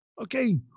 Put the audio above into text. Okay